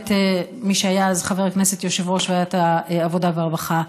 את מי שהיה אז חבר כנסת ויושב-ראש ועדת העבודה והרווחה,